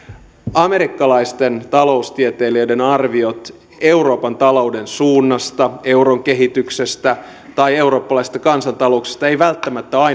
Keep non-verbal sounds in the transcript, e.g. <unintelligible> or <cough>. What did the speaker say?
amerikkalaisten taloustieteilijöiden arviot euroopan talouden suunnasta euron kehityksestä tai eurooppalaisista kansantalouksista eivät välttämättä ole <unintelligible>